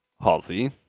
Halsey